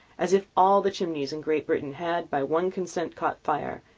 as if all the chimneys in great britain had, by one consent, caught fire,